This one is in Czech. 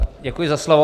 Děkuji za slovo.